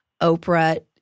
Oprah